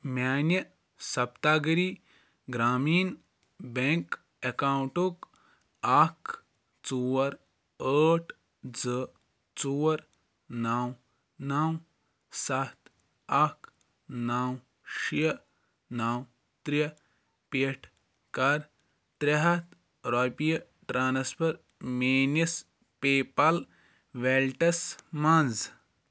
میانہِ Saptagiri Grameen bank اکاونٹُک اکھ ژور ٲٹھ زٕ ژور نو نو سَتھ اکھ نو شیٚے نو ترے پٮ۪ٹھ کر ترے ہَتھ رۄپیہِ ٹرانسفر میٲنِس پے پال ویلیٹَس مَنٛز